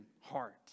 heart